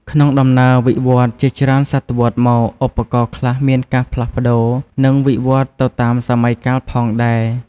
ក្នុងដំណើរវិវត្តន៍ជាច្រើនសតវត្សរ៍មក ឧបករណ៍ខ្លះមានការផ្លាស់ប្តូរ និងវិវត្តន៍ទៅតាមសម័យកាលផងដែរ។